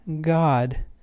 God